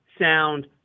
sound